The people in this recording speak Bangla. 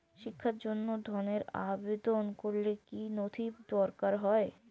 শিক্ষার জন্য ধনের আবেদন করলে কী নথি দরকার হয়?